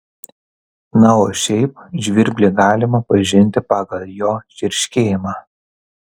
na o šiaip žvirblį galima pažinti pagal jo čirškėjimą